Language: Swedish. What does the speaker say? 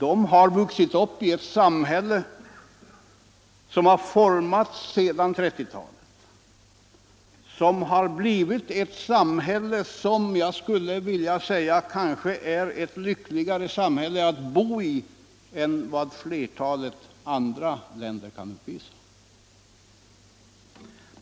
De har vuxit upp i ett samhälle som har formats sedan 1930-talet, som har blivit, skulle jag vilja säga, kanske ett lyckligare samhälle att bo i än vad flertalet andra länder kan uppvisa.